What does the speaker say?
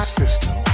system